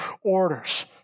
orders